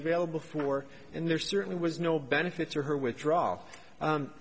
available for and there certainly was no benefits or her withdraw